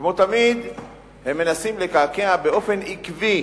כמו תמיד הם מנסים לקעקע באופן עקבי